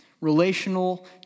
Relational